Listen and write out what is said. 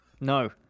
No